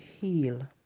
heal